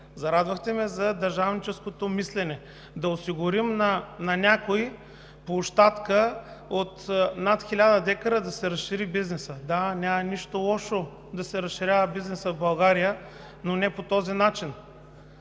Зарадвахте ме за държавническото мислене – да осигурим на някой площадка от над 1000 дка да си разшири бизнеса. Да, няма нищо лошо да се разширява бизнесът в България, но не по този начин.